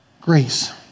grace